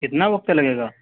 کتنا وقت لگے گا